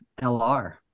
LR